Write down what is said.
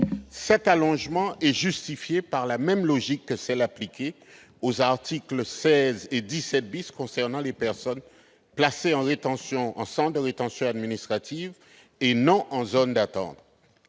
Cet allongement est justifié par la même logique que celle qui a été appliquée aux articles 16 et 17 concernant les personnes placées en centre de rétention administrative, et non en zone d'attente.